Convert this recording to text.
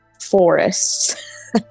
forests